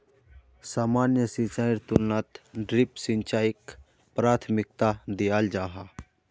सामान्य सिंचाईर तुलनात ड्रिप सिंचाईक प्राथमिकता दियाल जाहा